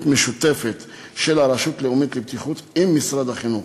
משותפת של הרשות הלאומית לבטיחות עם משרד החינוך,